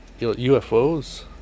UFOs